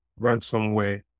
ransomware